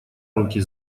руки